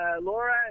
Laura